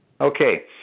Okay